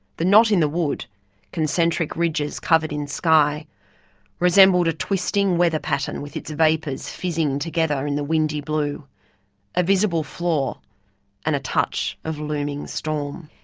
the knot in the wood concentric ridges covered in sky resembled a twisting weather pattern with its vapours fizzing together in the windy blue a visible flaw and a touch of looming storm.